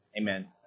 amen